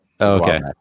okay